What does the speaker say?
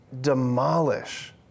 demolish